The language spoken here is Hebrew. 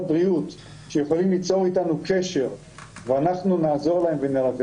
בריאות שיכולים ליצור איתנו קשר ואנחנו נעזור להם ונלווה